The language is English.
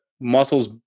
muscles